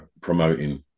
promoting